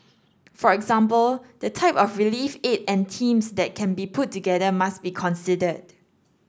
for example the type of relief aid and teams that can be put together must be considered